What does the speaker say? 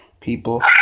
people